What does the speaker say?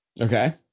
Okay